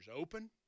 open